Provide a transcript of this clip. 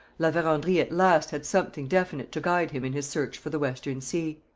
la verendrye at last had something definite to guide him in his search for the western sea.